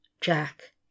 Jack